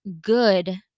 good